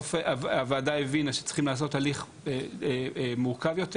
ובסוף הוועדה הבינה שצריך לעשות הליך מורכב יותר.